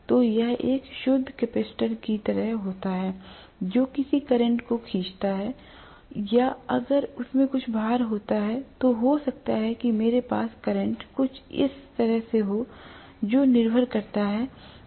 तो यह एक शुद्ध कैपेसिटर की तरह होता है जो किसी करंट को खींचता है या अगर उसमें कुछ भार होता है तो हो सकता है कि मेरे पास करंट कुछ ऐसा हो जो निर्भर करता है